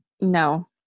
No